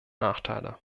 nachteile